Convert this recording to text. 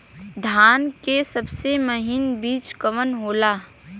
धान के सबसे महीन बिज कवन होला?